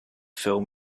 film